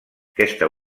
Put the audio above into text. aquesta